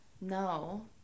No